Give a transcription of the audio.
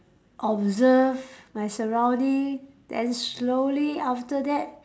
observe my surrounding then slowly after that